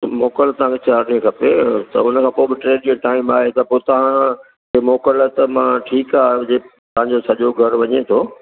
मोकल तव्हां खे चारि ॾींहं खपे सम्झि उन खां पोइ बि टे ॾींहं टाइम आहे त पोइ तव्हां मोकल त मां ठीकु आहे तव्हां जो सॼो घर वञे थो